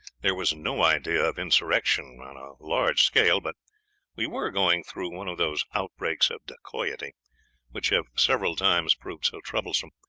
there was no idea of insurrection on a large scale, but we were going through one of those outbreaks of dacoity which have several times proved so troublesome.